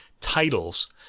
titles